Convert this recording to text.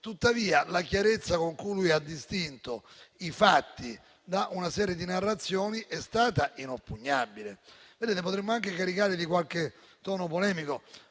Tuttavia, la chiarezza con cui ha distinto i fatti da una serie di narrazioni è stata inoppugnabile. Onorevoli colleghi, potremmo anche caricare di qualche tono polemico: